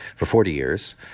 for forty years.